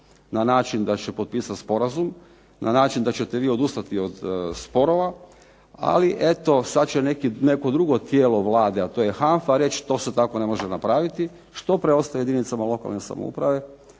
na način da će potpisati sporazum, na način da ćete vi odustati od sporova, ali eto sad će neko drugo tijelo Vlade, a to je HANFA reći to se tako ne može napraviti. Što preostaje jedinicama lokalne samouprave?